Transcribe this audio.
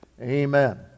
amen